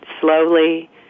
slowly